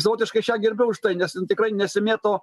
savotiškai aš ją gerbiu už tai nes tikrai nesimėto